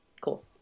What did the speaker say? cool